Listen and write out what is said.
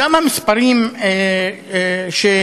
גם המספרים שניתנו,